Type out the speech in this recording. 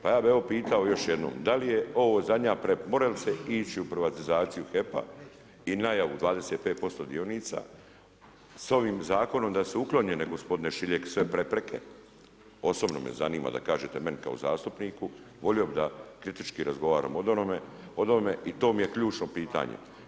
Pa ja bih evo pitao još jednom, da li je ovo zadnja, može li se ići u privatizaciju HEP-a i najavu 25% dionica s ovim zakonom da su uklonjene gospodine Šiljeg sve prepreke, osobno me zanima da kažete meni kao zastupniku, volio bih da kritički razgovaramo o onome i to mi je ključno pitanje.